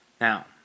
Now